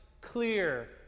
clear